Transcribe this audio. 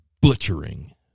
butchering